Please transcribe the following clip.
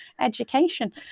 Education